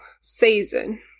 season